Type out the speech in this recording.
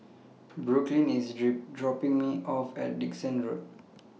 Brooklynn IS dropping Me off At Dickson Road